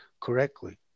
correctly